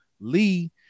lee